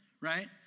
right